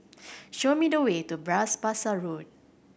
show me the way to Bras Basah Road